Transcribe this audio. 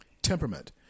Temperament